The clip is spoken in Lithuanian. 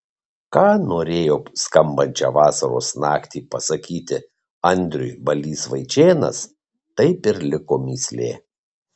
ką norėjo skambančią vasaros naktį pasakyti andriui balys vaičėnas taip ir liko mįslė